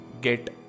get